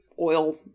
oil